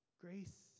Grace